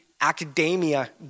academia